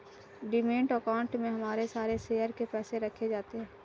demat account में हमारे सारे शेयर के पैसे रखे जाते हैं